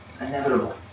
Inevitable